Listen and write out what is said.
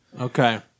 Okay